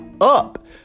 up